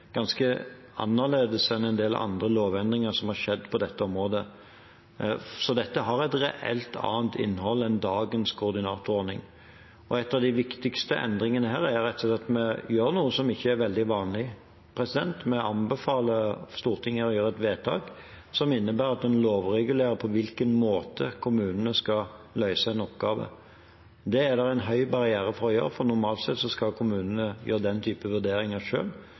ganske annerledes enn en del andre lovendringer som har skjedd på dette området. Så dette har et reelt annet innhold enn dagens koordinatorordning. En av de viktigste endringene er at vi rett og slett gjør noe som ikke er veldig vanlig: Vi anbefaler Stortinget å gjøre et vedtak som innebærer at man lovregulerer på hvilken måte kommunene skal løse en oppgave. Det er det en høy barriere for å gjøre, for normalt sett skal kommunene gjøre den type vurderinger